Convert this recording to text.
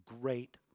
great